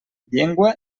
llengua